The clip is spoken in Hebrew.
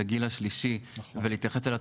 את הגיל השלישי בעצם ולהתייחס אליו